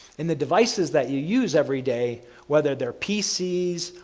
and the devices that you use every day whether their pcs,